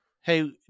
hey